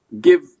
give